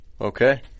Okay